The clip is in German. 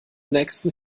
nächsten